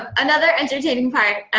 another entertaining part,